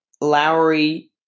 Lowry